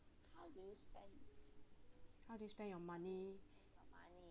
how do you spend your money